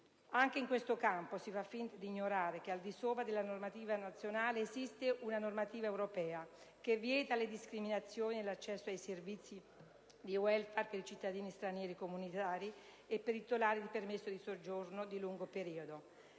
Anche in questo campo si fa finta di ignorare che al di sopra della normativa nazionale esiste una normativa europea che vieta le discriminazioni nell'accesso ai servizi di *welfare* per i cittadini stranieri comunitari e per i titolari di permesso di soggiorno di lungo periodo.